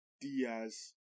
Diaz